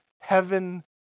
heaven